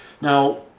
Now